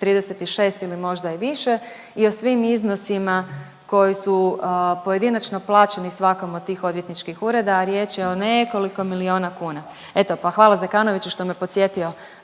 36 ili možda i više i o svim iznosima koji su pojedinačno plaćeni svakom od tih odvjetničkih ureda, a riječ je o nekoliko miliona kuna. Eto pa hvala Zekanoviću što me podsjetio